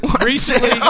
Recently